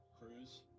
Cruise